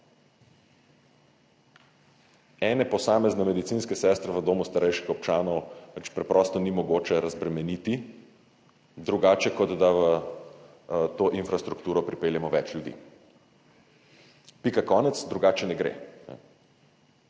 Ene posamezne medicinske sestre v domu starejših občanov preprosto ni mogoče razbremeniti drugače, kot da v to infrastrukturo pripeljemo več ljudi. Pika, konec, drugače ne gre.